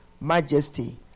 majesty